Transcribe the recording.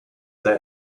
they